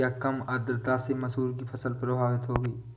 क्या कम आर्द्रता से मसूर की फसल प्रभावित होगी?